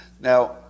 Now